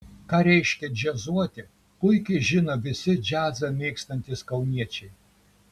ką reiškia džiazuoti puikiai žino visi džiazą mėgstantys kauniečiai